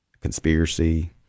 conspiracy